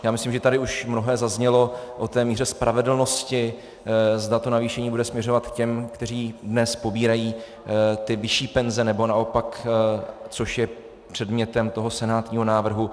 Já myslím, že tady už mnohé zaznělo o té míře spravedlnosti, zda navýšení bude směřovat k těm, kteří dnes pobírají ty vyšší penze, nebo naopak, což je předmětem senátního návrhu.